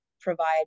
provide